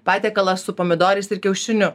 patiekalas su pomidorais ir kiaušiniu